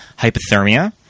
hypothermia